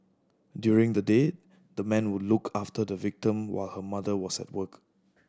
during the day the man would look after the victim while her mother was at work